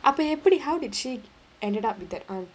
அப்ப எப்பிடி:appa eppidi how did she end up with that aunt